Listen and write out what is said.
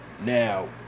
Now